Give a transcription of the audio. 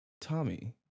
Tommy